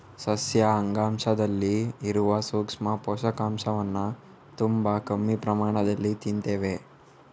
ಸಸ್ಯ ಅಂಗಾಂಶದಲ್ಲಿ ಇರುವ ಸೂಕ್ಷ್ಮ ಪೋಷಕಾಂಶವನ್ನ ತುಂಬಾ ಕಮ್ಮಿ ಪ್ರಮಾಣದಲ್ಲಿ ತಿಂತೇವೆ